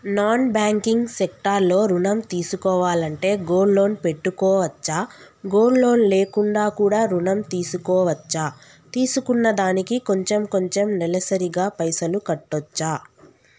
Non banking sector లో ఋణం తీసుకోవాలంటే గోల్డ్ లోన్ పెట్టుకోవచ్చా? గోల్డ్ లోన్ లేకుండా కూడా ఋణం తీసుకోవచ్చా? తీసుకున్న దానికి కొంచెం కొంచెం నెలసరి గా పైసలు కట్టొచ్చా?